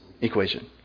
equation